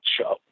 show